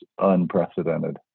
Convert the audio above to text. unprecedented